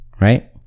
Right